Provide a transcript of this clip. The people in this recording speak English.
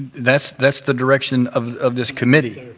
that's that's the direction of of this committee.